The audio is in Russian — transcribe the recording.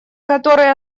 который